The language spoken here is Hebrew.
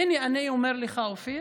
הינה, אני אומר לך, אופיר,